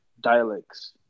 dialects